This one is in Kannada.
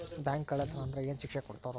ಬ್ಯಾಂಕ್ ಕಳ್ಳತನಾ ಆದ್ರ ಏನ್ ಶಿಕ್ಷೆ ಕೊಡ್ತಾರ?